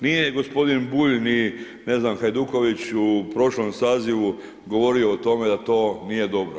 Nije gospodin Bulj, ni ne znam Hajduković u prošlom sazivu govorio o tome da to nije dobro.